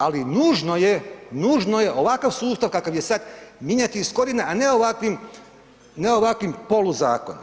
Ali nužno je ovakav sustav kakav je sad mijenjati iz korijena, a ne ovakvim poluzakonima.